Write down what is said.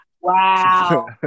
Wow